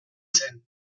zen